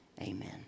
Amen